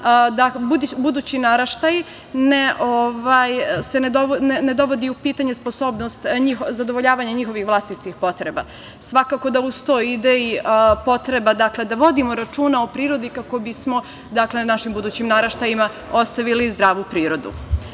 da budućim naraštajima se ne dovodi u pitanje sposobnost zadovoljavanje njihovih potreba, svakako da uz to ide potreba da vodimo računa o prirodi kako bismo našim budućim naraštajima ostavili zdravu prirodu. Srbija